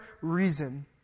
reason